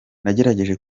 nagerageje